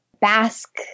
Basque